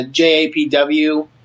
JAPW